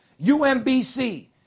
UMBC